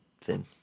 thin